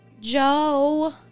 Joe